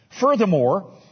Furthermore